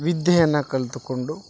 ವಿದ್ಯೆಯನ್ನ ಕಲಿತುಕೊಂಡು